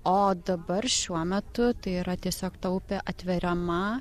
o dabar šiuo metu tai yra tiesiog ta upė atveriama